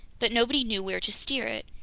but nobody knew where to steer it.